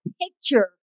picture